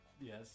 Yes